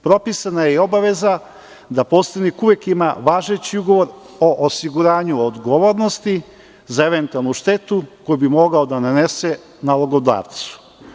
Propisana je i obaveza da posrednik uvek ima važeći ugovor o osiguranju od odgovornosti, za eventualnu štetu koju bi mogao da nanese nalogodavcu.